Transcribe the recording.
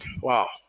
wow